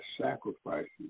sacrifices